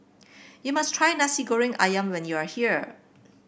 you must try Nasi Goreng ayam when you are here